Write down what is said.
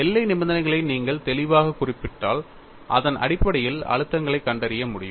எல்லை நிபந்தனைகளை நீங்கள் தெளிவாகக் குறிப்பிட்டால் அதன் அடிப்படையில் அழுத்தங்களைக் கண்டறிய முடியும்